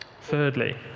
Thirdly